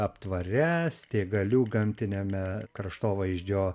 aptvare stėgalių gamtiniame kraštovaizdžio